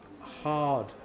hard